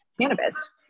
cannabis